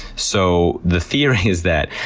so the theory is that,